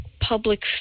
public